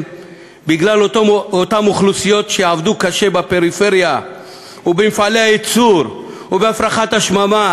בגלל אותן אוכלוסיות שעבדו קשה בפריפריה ובמפעלי הייצור ובהפרחת השממה,